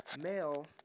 male